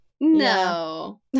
No